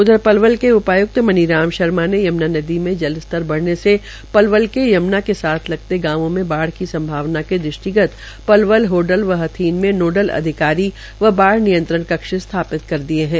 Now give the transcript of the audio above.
उधर पलवल के आय्क्त मनीराम शर्मा ने यम्ना नदी मे जल स्तर बढ़ने से पलवल के यम्ना के साथ लगते गांवों में बाढ़ की संभावना के दृष्टिगत पलवल होडल व हथीन में नोडल अधिकारी व बाढ़ नियंत्रण कक्ष स्थापित कर दिये गये है